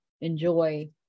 enjoy